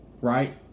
Right